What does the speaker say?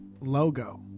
logo